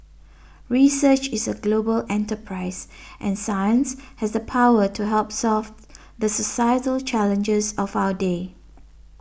research is a global enterprise and science has the power to help solve the societal challenges of our day